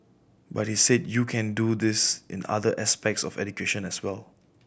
but he said you can do this in other aspects of education as well